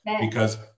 because-